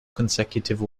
consecutive